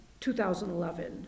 2011